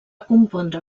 compondre